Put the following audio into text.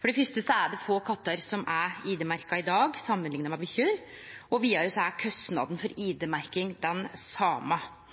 For det fyrste er det få kattar som er ID-merkte i dag, samanlikna med bikkjer, og vidare er kostnaden for